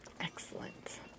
Excellent